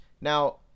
Now